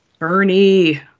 Ernie